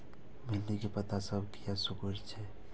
भिंडी के पत्ता सब किया सुकूरे छे?